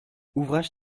ouvrage